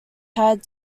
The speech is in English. had